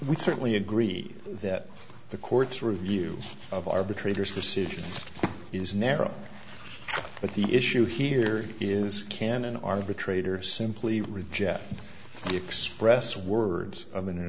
we certainly agree that the court's review of arbitrator's decision is narrow but the issue here is can an arbitrator simply reject the express words of an a